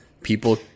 People